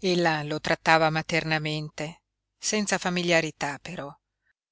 mia ella lo trattava maternamente senza famigliarità però